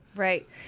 Right